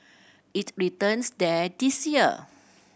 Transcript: it returns there this year